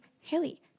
Haley